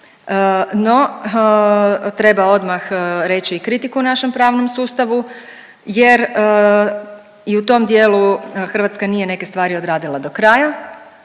No, treba odmah reći i kritiku našem pravnom sustavu jer i u tom dijelu Hrvatska nije neke stvari odradila do kraja